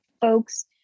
folks